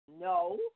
No